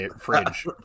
fridge